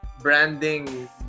branding